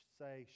say